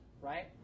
right